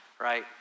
right